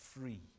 free